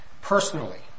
personally